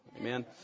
Amen